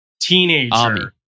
Teenager